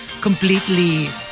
completely